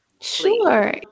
Sure